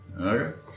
Okay